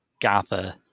gather